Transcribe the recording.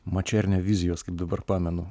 mačernio vizijos kaip dabar pamenu